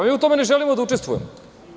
Mi u tome ne želimo da učestvujemo.